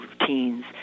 routines